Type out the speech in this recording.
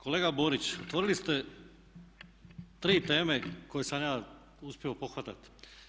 Kolega Borić otvorili ste tri teme koje sam ja uspio pohvatati.